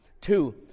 two